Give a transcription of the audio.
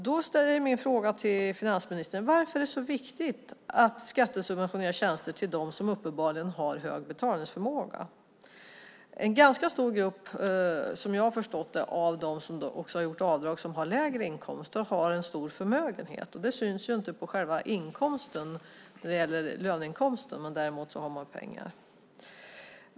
Därför är min fråga till finansministern: Varför är det så viktigt att skattesubventionera tjänster för dem som uppenbarligen har hög betalningsförmåga? Som jag förstått det hela har dessutom en ganska stor grupp av dem med lägre inkomster som gjort avdrag stor förmögenhet, vilket dock inte syns på själva löneinkomsten. De har alltså pengar.